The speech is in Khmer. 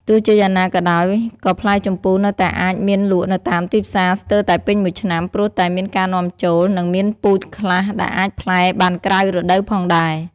ទោះជាយ៉ាងណាក៏ដោយ ក៏ផ្លែជម្ពូនៅតែអាចមានលក់នៅតាមទីផ្សារស្ទើរតែពេញមួយឆ្នាំ ព្រោះតែមានការនាំចូល និងមានពូជខ្លះដែលអាចផ្លែបានក្រៅរដូវផងដែរ។